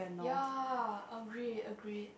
ya agreed agreed